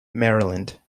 maryland